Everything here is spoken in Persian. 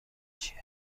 چیه